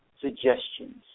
suggestions